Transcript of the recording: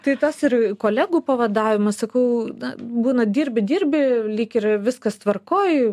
tai tas ir kolegų pavadavimą sakau būna dirbi dirbi lyg ir viskas tvarkoj